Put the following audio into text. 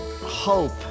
hope